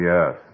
Yes